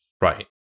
right